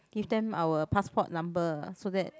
give them our passport number so that